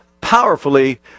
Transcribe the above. powerfully